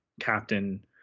captain